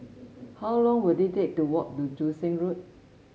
how long will it take to walk to Joo Seng Road